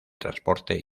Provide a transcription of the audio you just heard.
transporte